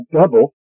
double